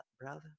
brother